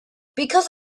because